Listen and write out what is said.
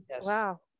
Wow